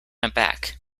aback